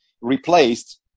replaced